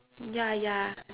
ya ya